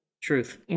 Truth